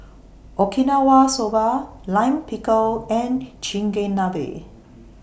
Okinawa Soba Lime Pickle and Chigenabe